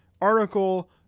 article